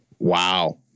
Wow